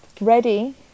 ready